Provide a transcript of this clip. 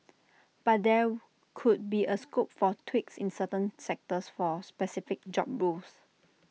but there could be A scope for tweaks in certain sectors for specific job roles